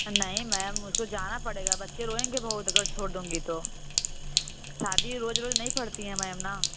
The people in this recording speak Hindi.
नहीं मैम उसको जाना पड़ेगा बच्चे रोएंगे बहुत अगर छोड़ दूँगी तो शादी रोज़ रोज़ नहीं पड़ती मैम ना